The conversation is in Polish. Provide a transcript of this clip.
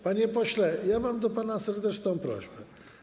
Panie pośle, mam do pana serdeczną prośbę.